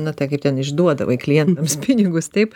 na tai kaip ten išduodavai klientams pinigus taip